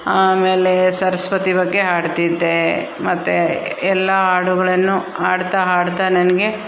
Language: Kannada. ಆಮೇಲೇ ಸರಸ್ವತಿ ಬಗ್ಗೆ ಹಾಡ್ತಿದ್ದೇ ಮತ್ತು ಎಲ್ಲ ಹಾಡುಗಳನ್ನು ಹಾಡ್ತಾ ಹಾಡ್ತಾ ನನಗೆ